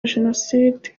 jenoside